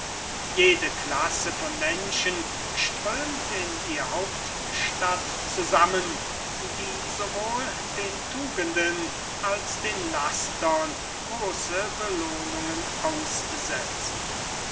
jede klasse von menschen strömt in die hauptstadt zusammen die sowohl den tugenden als den lastern große belohnungen aussetzt